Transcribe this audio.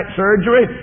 surgery